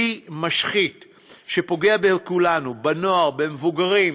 כלי משחית שפוגע בכולנו, בנוער, במבוגרים.